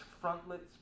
frontlets